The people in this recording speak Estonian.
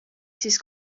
siis